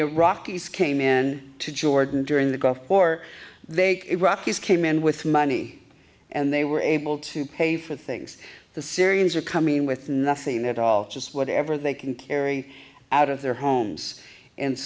east came in to jordan during the gulf war they came in with money and they were able to pay for things the syrians are coming in with nothing at all just whatever they can carry out of their homes and